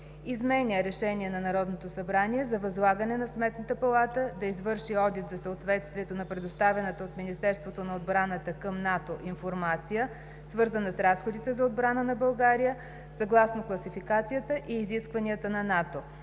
Изменя Решение на Народното събрание за възлагане на Сметната палата да извърши одит за съответствието на предоставената от Министерството на отбраната към НАТО информация, свързана с разходите за отбрана на България, съгласно класификацията и изискванията на НАТО